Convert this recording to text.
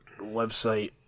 website